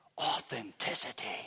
authenticity